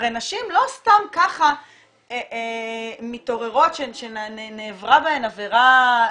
הרי נשים לא סתם ככה מתעוררות כשנעברה בהן עבירה.